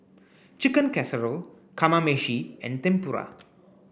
Chicken Casserole Kamameshi and Tempura